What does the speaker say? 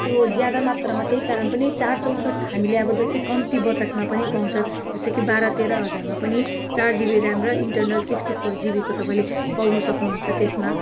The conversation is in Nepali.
त्यो ज्यादा मात्रमा त्यही कारण पनि चार चौसट्ठी हामीले अब जस्तै कम्ती बजटमा पनि पाउँछ जस्तो कि बाह्र तेह्र हजारमा पनि चार जिबी ऱ्याम र इन्टरनल सिक्स्टी फोर जिबीको तपाईँले पाउनु सक्नुहुन्छ त्यसमा